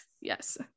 Yes